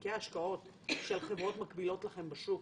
בתיקי השקעות של חברות מקבילות לכם בשוק,